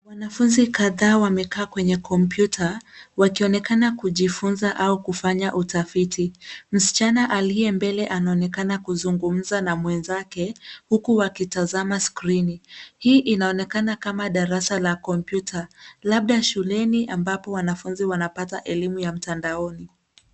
Wanafunzi kadhaa wamekaa kwenye kompyuta wakionekana kujifunza au kufanya utafiti. Msichana aliye mbele anaonekana kuzungumza na mwenzake huku wakitazama skrini. Hii inaonekana kama darasa la kompyuta, labda shuleni ambapo wanafunzi wanapata elimu ya mtandaoni.